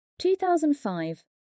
2005